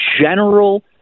general